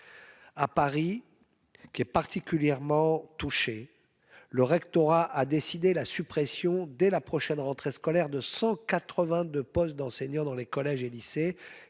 Paris est particulièrement touché : le rectorat a décidé la suppression, dès la prochaine rentrée scolaire, de 182 postes d'enseignants dans les collèges et lycées